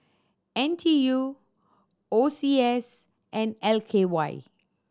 N T U O C S and L K Y